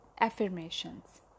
affirmations